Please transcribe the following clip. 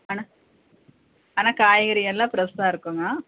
ஆனால் ஆனால் காய்கறியெல்லாம் ஃப்ரெஷ்ஷாக இருக்குங்க